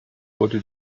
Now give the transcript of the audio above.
wurde